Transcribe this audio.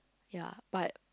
ya but